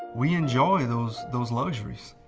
we enjoy those those luxuries.